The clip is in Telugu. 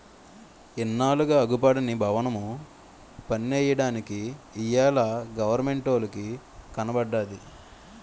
ఇన్నాళ్లుగా అగుపడని బవనము పన్నెయ్యడానికి ఇయ్యాల గవరమెంటోలికి కనబడ్డాది